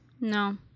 No